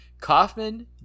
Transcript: kaufman